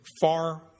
far